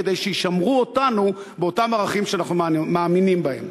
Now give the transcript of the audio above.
כדי שישמרו אותנו באותם ערכים שאנחנו מאמינים בהם.